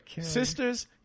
Sisters